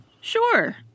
Sure